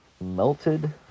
melted